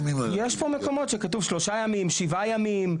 יש מקומות שבהם כתוב 7 ימים או 3 ימים.